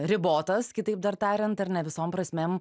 ribotas kitaip dar tariant ar ne visom prasmėm